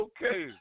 Okay